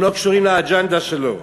הם לא קשורים לאג'נדה שלו.